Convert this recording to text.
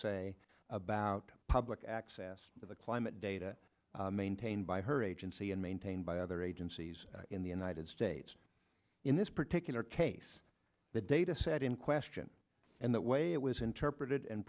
say about public access to the climate data maintained by her agency and maintained by other agencies in the united states in this particular case the dataset in question and the way it was interpreted and